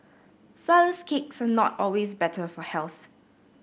flourless cakes are not always better for health